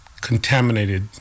contaminated